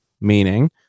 meaning